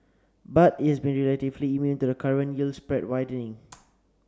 but it has been relatively immune to the current yield spread widening